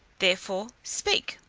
therefore speak.